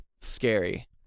scary